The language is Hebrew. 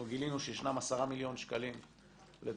אנחנו גילינו שישנם 10 מיליון שקלים לטובת